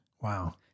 Wow